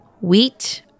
wheat